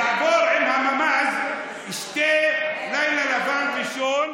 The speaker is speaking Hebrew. לעבור עם הממ"ז לילה לבן ראשון,